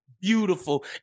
Beautiful